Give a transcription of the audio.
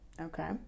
Okay